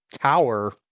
tower